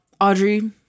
Audrey